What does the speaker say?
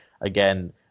again